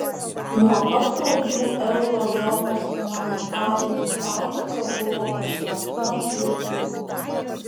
nuo pat pradžių euro zonos monetarinė sąjunga buvo pasmerkta žlugimui